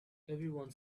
everyone